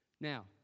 Now